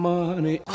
Money